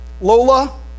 Lola